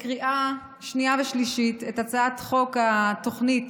לקריאה שנייה ושלישית, את הצעת חוק התוכנית